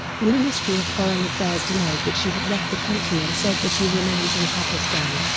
the ministry of foreign affairs denied that she had left the country and said that she remains in pakistan.